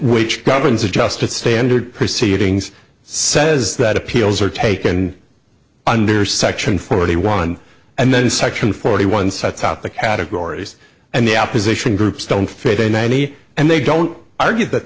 which governs a justice standard proceedings says that appeals are taken under section forty one and then section forty one sets out the categories and the opposition groups don't fit in any and they don't argue that